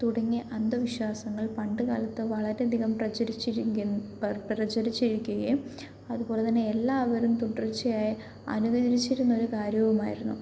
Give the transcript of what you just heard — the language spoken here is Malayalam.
തുടങ്ങിയ അന്ധവിശ്വാസങ്ങൾ പണ്ടുകാലത്ത് വളരെയധികം പ്രചരിച്ചിരിക്കു പ്രചരിച്ചിരിക്കുകയും അതുപോലെതന്നെ എല്ലാവരും തുടർച്ചയായി അനുകരിച്ചിരുന്നൊരു കാര്യവുമായിരുന്നു